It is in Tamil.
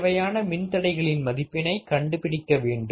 தேவையான மின் தடைகளின் மதிப்பினை கண்டுபிடிக்க வேண்டும்